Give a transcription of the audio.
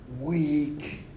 weak